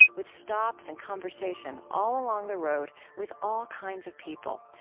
with stops and conversation all along the road with all kinds of people,